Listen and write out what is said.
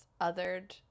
othered